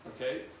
okay